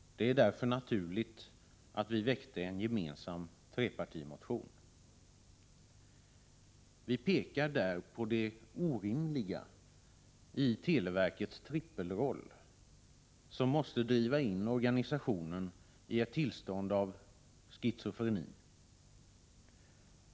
Det var därför naturligt att vi väckte en gemensam trepartimotion. Vi pekar där på det orimliga i televerkets trippelroll, som måste driva in organisationen i ett tillstånd av schizofreni.